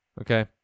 Okay